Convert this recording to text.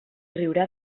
riurà